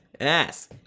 Yes